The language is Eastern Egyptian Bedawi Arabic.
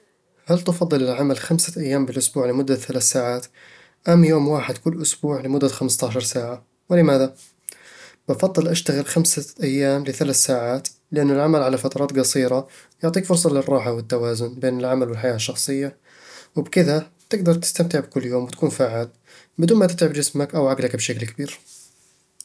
هل تفضل العمل خمسة أيام بالأسبوع لمدة ثلاث ساعات، أم يوم واحد كل أسبوع لمدة خمس عشرة ساعةً؟ ولماذا؟ بفضل أشتغل خمسة أيام لثلاث ساعات لأنه العمل على فترات قصيرة يعطيك فرصة للراحة والتوازن بين العمل والحياة الشخصية وبكذا تقدر تستمتع بكل يوم وتكون فعال بدون ما تتعب جسمك أو عقلك بشكل كبير